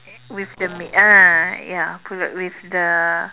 with the meat ah ya pulut with the